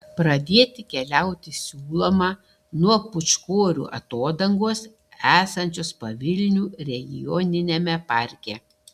pradėti keliauti siūloma nuo pūčkorių atodangos esančios pavilnių regioniniame parke